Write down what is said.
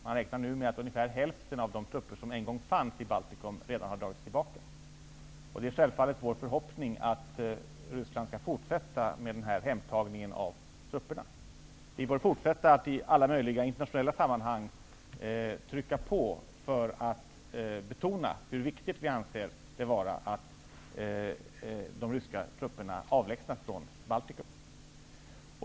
Man räknar nu med att redan ungefär hälften av de trupper som en gång fanns i Baltikum har dragits tillbaka. Det är självfallet vår förhoppning att ryssarna skall fortsätta med denna hemtagning av trupperna. Vi bör fortsätta att i alla möjliga internationella sammanhang trycka på för att betona hur viktigt vi anser det vara att de ryska trupperna avlägsnas från Baltikum.